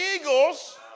eagles